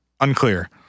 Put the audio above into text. Unclear